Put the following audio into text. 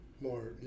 more